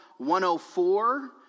104